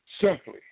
simply